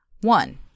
One